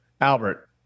Albert